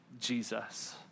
Jesus